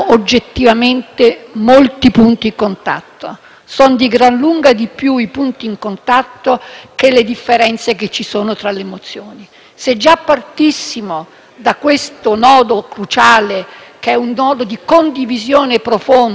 sono di gran lunga di più i punti di contatto che le differenze presenti tra le mozioni. Se già partissimo da questo nodo cruciale, che è un nodo di condivisione profonda, per proporre al Governo,